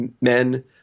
men